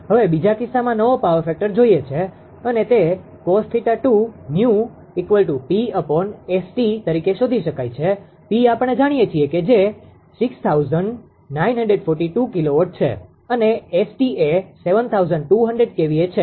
હવે બીજા કિસ્સામાં નવો પાવર ફેક્ટર જોઈએ છે અને તે cos𝜃2𝑛𝑒𝑤𝑃𝑆𝑇 તરીકે શોધી શકાય છે P આપણે જાણીએ છીએ કે જે 6942 કિલોવોટ છે અને 𝑆𝑇 એ 7200 kVA છે